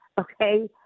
okay